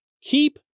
keep